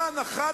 להתעסק.